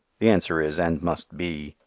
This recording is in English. the answer is, and must be,